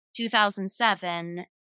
2007